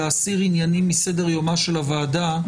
להסיר עניינים מסדר-יומה של הוועדה,